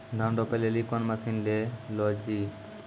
धान रोपे लिली कौन मसीन ले लो जी?